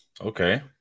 Okay